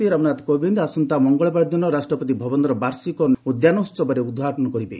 ରାଷ୍ଟ୍ରପତି ରାମନାଥ କୋବିନ୍ଦ ଆସନ୍ତା ମଙ୍ଗଳବାର ଦିନ ରାଷ୍ଟ୍ରପତି ଭବନର ବାର୍ଷିକ ଉଦ୍ୟାନୋହବର ଉଦ୍ଘାଟନ କରିବେ